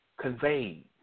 conveyed